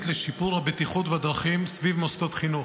לשיפור הבטיחות בדרכים סביב מוסדות חינוך.